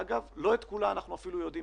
אגב לא את כולה אנחנו אפילו יודעים,